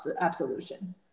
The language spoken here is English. absolution